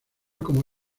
como